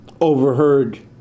overheard